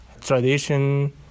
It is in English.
tradition